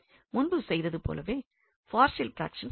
முன்பு செய்தது போலவே பார்ஷியல் பிராக்ஷன் செய்கிறோம்